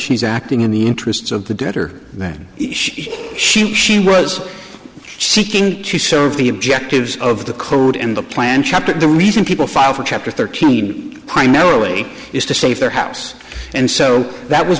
she's acting in the interests of the debtor that she she was seeking to serve the objectives of the crew and the plan chapter the reason people file for chapter thirteen primarily is to save their house and so that was